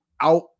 out